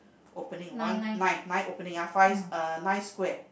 opening one nine nine opening ah five uh nine square